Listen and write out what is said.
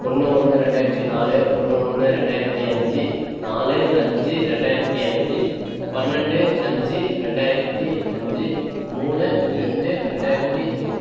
ஒன்று ஒன்று ரெண்டாயிரத்தி நாலு ஒன்று ஒன்று ரெண்டாயிரத்தி அஞ்சு நாலு அஞ்சு ரெண்டாயிரத்தி அஞ்சு பன்னெண்டு அஞ்சு ரெண்டாயிரத்தி அஞ்சு மூணு ரெண்டு ரெண்டாயிரத்தி மூணு